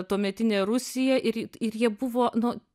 tuometinę rusiją ir ir jie buvo nu